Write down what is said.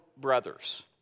brothers